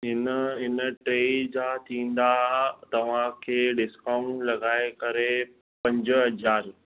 हिन हिन टे जा थींदा तव्हांखे डिस्काउंट लॻाइ करे पंज हज़ार